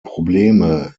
probleme